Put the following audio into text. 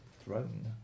throne